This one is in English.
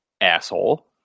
asshole